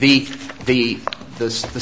the the there's the